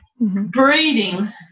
breathing